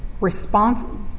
responsible